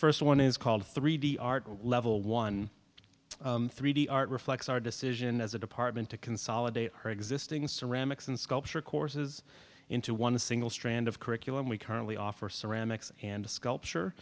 first one is called three d art level one three d art reflects our decision as a department to consolidate her existing ceramics and sculpture courses into one single strand of curriculum we currently offer ceramics and